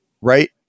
right